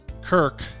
Kirk